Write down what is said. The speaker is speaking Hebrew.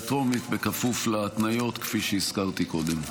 הטרומית בכפוף להתניות כפי שהזכרתי קודם.